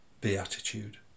beatitude